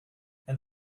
and